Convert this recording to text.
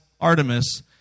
Artemis